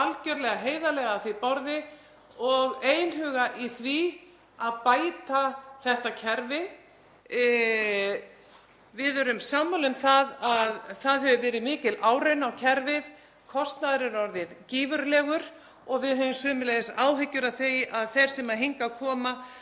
algjörlega heiðarlega að því borði og einhuga í því að bæta þetta kerfi. Við erum sammála um að það hefur verið mikil áraun á kerfið. Kostnaður er orðinn gífurlegur og við höfum sömuleiðis áhyggjur af því að þeir sem hingað koma